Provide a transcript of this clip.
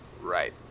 Right